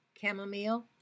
chamomile